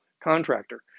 contractor